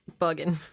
bugging